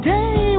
Day